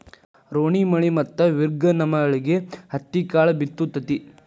ರೋಣಿಮಳಿ ಮತ್ತ ಮಿರ್ಗನಮಳಿಗೆ ಹತ್ತಿಕಾಳ ಬಿತ್ತು ತತಿ